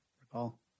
recall